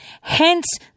Hence